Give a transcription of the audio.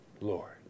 Lord